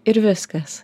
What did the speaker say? ir viskas